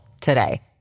today